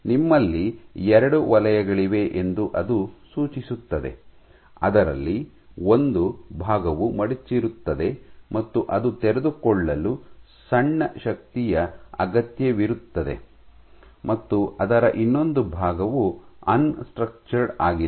ನಿಮ್ಮಲ್ಲಿ ಎರಡು ವಲಯಗಳಿವೆ ಎಂದು ಅದು ಸೂಚಿಸುತ್ತದೆ ಅದರಲ್ಲಿ ಒಂದು ಭಾಗವು ಮಡಚಿರುತ್ತದೆ ಮತ್ತು ಅದು ತೆರೆದುಕೊಳ್ಳಲು ಸಣ್ಣ ಶಕ್ತಿಯ ಅಗತ್ಯವಿರುತ್ತದೆ ಮತ್ತು ಅದರ ಇನ್ನೊಂದು ಭಾಗವು ಅನ್ ಸ್ಟ್ರಕ್ಚರ್ಡ್ ಆಗಿದೆ